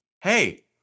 hey